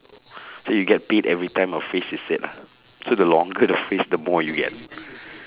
so you get paid every time a phrase is said ah so the longer the phrase the more you get